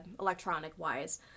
electronic-wise